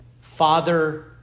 Father